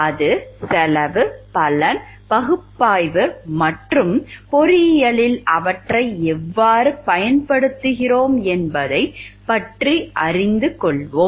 அது செலவு பலன் பகுப்பாய்வு மற்றும் பொறியியலில் அவற்றை எவ்வாறு பயன்படுத்துகிறோம் என்பதைப் பற்றி அறிந்து கொள்வோம்